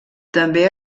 també